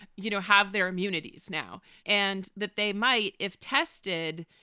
you know, have their immunities now and that they might, if tested,